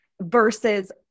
versus